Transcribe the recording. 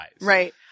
right